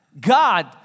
God